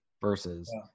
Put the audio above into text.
versus